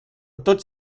tots